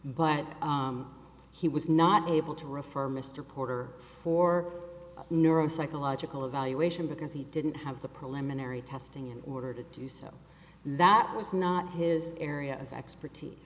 but he was not able to refer mr porter for neuro psychological evaluation because he didn't have the preliminary testing in order to do so that was not his area of expertise